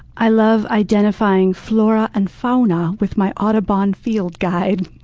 i love identifying flora and fauna with my audubon field guide.